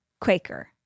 Quaker